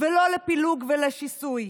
ולא לפילוג ולשיסוי.